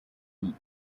loop